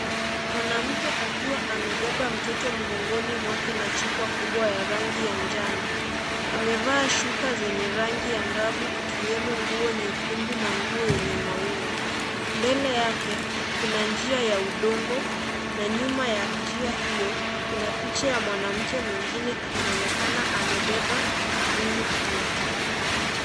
Mwanamke akiwa amebeba mtoto mgongoni mwake na chupa kubwa ya rangi ya njano. Amevaa shuka zenye rangi angavu ikiwemo nguo nyekundu na nguo yenye maua. Mbele yake kuna njia ya udongo na nyuma ya njia hiyo kuna picha ya mwanamke mwingine akionekana amebeba kibuyu pia.